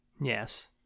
Yes